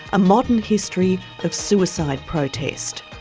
a modern history of suicide protest.